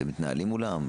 אתם מתנהלים מולם?